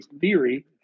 theory